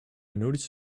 notice